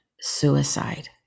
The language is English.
suicide